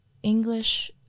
English